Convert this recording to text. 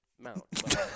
mount